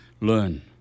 learn